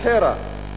אל-בחירה,